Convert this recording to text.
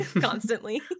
constantly